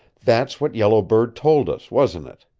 that's what yellow bird told us, wasn't it?